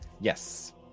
Yes